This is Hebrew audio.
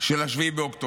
של 7 באוקטובר.